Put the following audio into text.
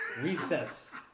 Recess